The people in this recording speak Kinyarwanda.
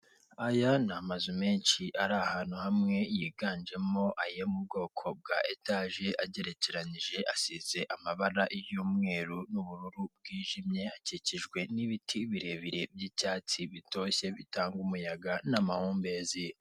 Aya ni amazu menshi ari ahantu hamwe yiganjemo ayo mu bwoko bwa etaje agerekeranyije asize amabara y'umweru n'ubururu bwijimye, akikijwe n'ibiti birebire by'icyatsi bitoshye bitanga umuyaga n'amahumbezi.